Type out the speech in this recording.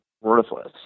worthless